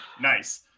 Nice